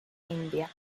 india